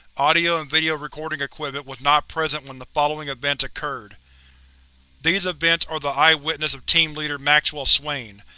audio and video recording equipment was not present when the following events occurred these events are the eyewitness of team leader maxwell swain,